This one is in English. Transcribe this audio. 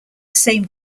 same